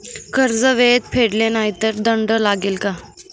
कर्ज वेळेत फेडले नाही तर दंड लागेल का?